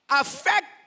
affect